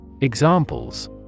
Examples